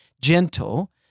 gentle